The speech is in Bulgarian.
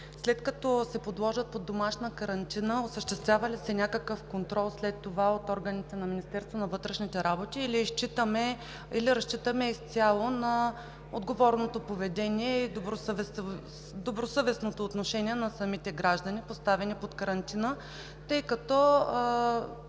след като се подложат под домашна карантина, осъществява ли се някакъв контрол от органите на Министерството на вътрешните работи, или разчитаме изцяло на отговорното поведение и добросъвестното отношение на самите граждани, поставени под карантина, тъй като